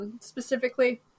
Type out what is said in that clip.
specifically